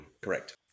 correct